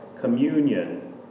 communion